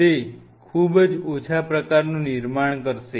તે ખૂબ ઓછા પ્રકારનું નિર્માણ કરશે